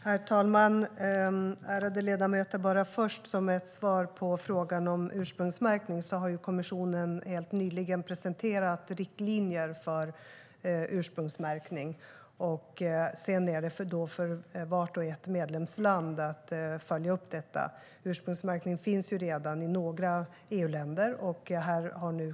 Herr talman! Ärade ledamöter! Som ett svar på frågan om ursprungsmärkning vill jag först bara säga att kommissionen helt nyligen har presenterat riktlinjer för detta. Sedan är det upp till vart och ett av medlemsländerna att följa upp detta. Ursprungsmärkning finns redan i några EU-länder.